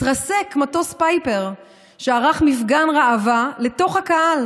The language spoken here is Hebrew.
התרסק מטוס פייפר שערך מפגן ראווה לתוך הקהל